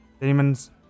Demons